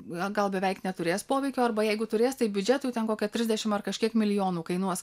gal beveik neturės poveikio arba jeigu turės tai biudžetui ten kokia trisdešimt ar kažkiek milijonų kainuos